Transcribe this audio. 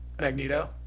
Magneto